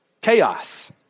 chaos